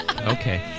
Okay